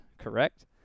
Correct